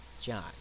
John